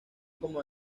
como